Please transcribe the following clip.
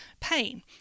pain